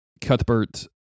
Cuthbert